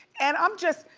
and i'm just,